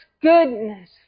goodness